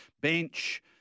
bench